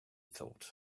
thought